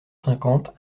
cinquante